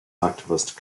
activist